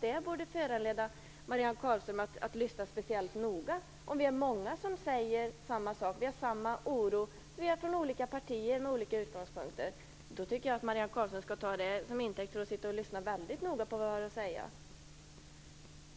Det borde föranleda Marianne Carlström att lyssna speciellt noga. Vi är många som säger samma sak och som har samma oro. Vi är från olika partier med olika utgångspunkter. Jag tycker att Marianne Carlström skall ta det till intäkt för att lyssna noga på vad vi har att säga.